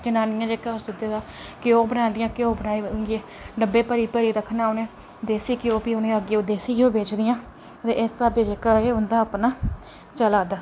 जनानियां जेह्कियां ओह् दुद्धै दा घ्यो बनांदियां घ्यो बनाई बुनूइयै डब्बे भरी भरी रक्खना उनें देसी घ्यो भी उनें अग्गै भी ओह् देसी घ्यो बेचदियां ते इस स्हाबै जेह्का ऐ उंदा अपना चला दा